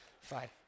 Fine